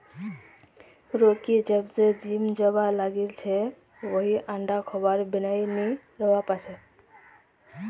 Rocky जब स gym जाबा लागिल छ वइ अंडा खबार बिनइ नी रहबा पा छै